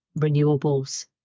renewables